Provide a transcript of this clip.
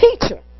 teacher